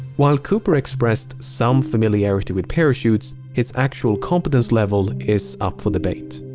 while cooper expressed some familiarity with parachutes, his actual competence level is up for debate.